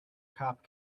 cop